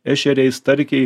ešeriai starkiai